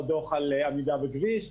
או דוח על עמידה בכביש,